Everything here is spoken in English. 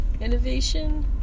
Innovation